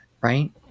Right